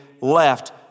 left